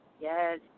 Yes